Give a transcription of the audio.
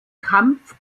kampf